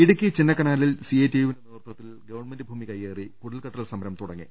ഇടുക്കി ചിന്നക്കനാലിൽ സിഐടിയുവിന്റെ നേതൃത്വ ത്തിൽ ഗവൺമെന്റ് ഭൂമി കയ്യേറി കുടിൽക്കെട്ടൽ സമരം തുട ങ്ങി